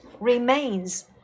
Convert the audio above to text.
remains